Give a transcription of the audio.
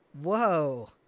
Whoa